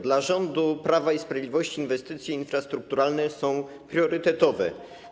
Dla rządu Prawa i Sprawiedliwości inwestycje infrastrukturalne są priorytetowe.